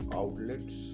outlets